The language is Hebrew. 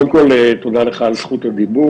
קודם כל תודה לך על זכות הדיבור,